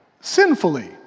sinfully